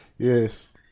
Yes